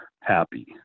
happy